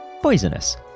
poisonous